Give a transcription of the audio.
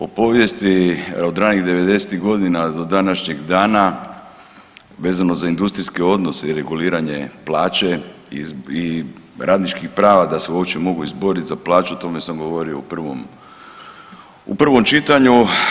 O povijesti od ranih 90-ih godina do današnjeg dana, vezano za industrijske odnose i reguliranje plaće i radničkih prava da se uopće mogu izboriti za plaću, o tome sam govorio u prvom čitanju.